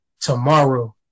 tomorrow